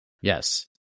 yes